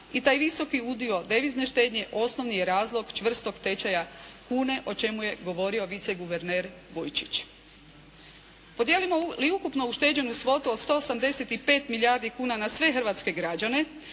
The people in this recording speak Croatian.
i taj visoki udio devizne štednje osnovni je razlog čvrstog tečaja kune o čemu je govorio viceguverner Vujčić. Podijelimo li ukupno ušteđenu svotu od 185 milijardi kuna na sve hrvatske građane